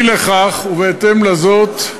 אי לכך ובהתאם לזאת,